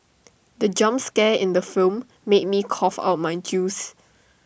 the jump scare in the film made me cough out my juice